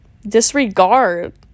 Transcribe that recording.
disregard